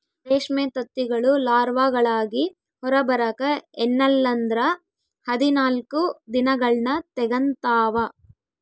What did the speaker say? ರೇಷ್ಮೆ ತತ್ತಿಗಳು ಲಾರ್ವಾಗಳಾಗಿ ಹೊರಬರಕ ಎನ್ನಲ್ಲಂದ್ರ ಹದಿನಾಲ್ಕು ದಿನಗಳ್ನ ತೆಗಂತಾವ